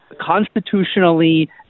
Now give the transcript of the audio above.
constitutionally